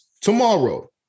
Tomorrow